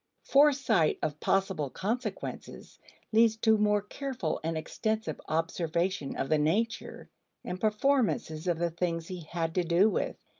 foresight of possible consequences leads to more careful and extensive observation of the nature and performances of the things he had to do with,